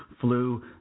flu